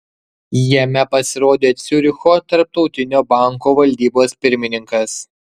jame pasirodė ciuricho tarptautinio banko valdybos pirmininkas